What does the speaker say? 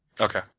Okay